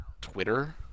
Twitter